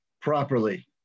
properly